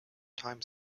time